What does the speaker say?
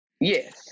Yes